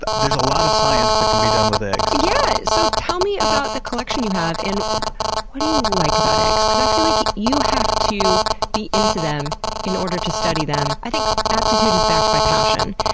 there's a lot of science that can be done with eggs. yeah! so, tell me about the collection you have, and what do you like about eggs? because i feel like you have to be into them in order to study them. i think aptitude is backed by passion,